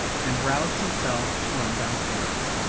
and roused himself to run downstairs.